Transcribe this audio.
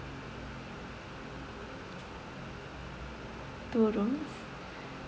two rooms